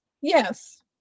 Yes